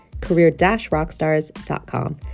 career-rockstars.com